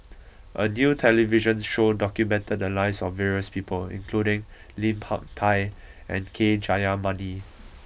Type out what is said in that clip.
a new television show documented the lives of various people including Lim Hak Tai and K Jayamani